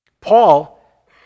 Paul